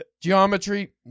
geometry